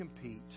compete